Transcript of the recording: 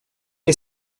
che